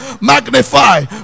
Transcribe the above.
Magnify